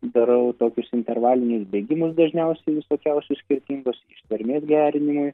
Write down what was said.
darau tokius intervalinius bėgimus dažniausiai visokiausius skirtingus ištarmės gerinimui